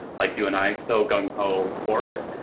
like you and i, so gung-ho for it,